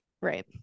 right